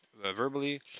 verbally